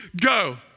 Go